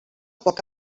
poc